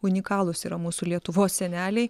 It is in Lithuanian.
unikalūs yra mūsų lietuvos seneliai